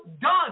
done